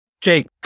Jake